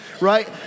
right